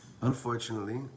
Unfortunately